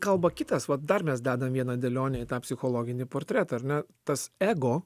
kalba kitas vat dar mes dedam vieną dėlionę į tą psichologinį portretą ar ne tas ego